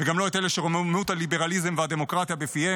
וגם לא את אלה שרוממות הליברליזם והדמוקרטיה בפיהם